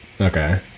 okay